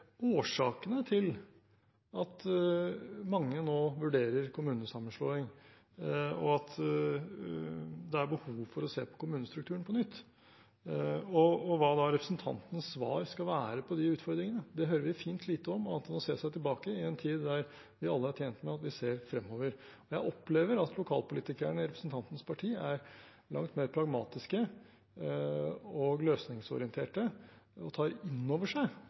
årsakene til at mange nå vurderer kommunesammenslåing, at det er behov for å se på kommunestrukturen på nytt, og hva representantens svar da skal være på de utfordringene. Det hører vi fint lite om, annet enn at man ser seg tilbake i en tid der vi alle er tjent med at vi ser fremover. Jeg opplever at lokalpolitikerne i representantens parti er langt mer pragmatiske og løsningsorienterte og tar inn over seg